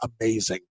Amazing